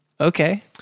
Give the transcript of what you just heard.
Okay